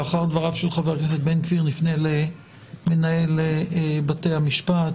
לאחר דבריו נפנה למנהל בתי המשפט,